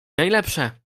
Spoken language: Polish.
najlepsze